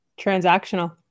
Transactional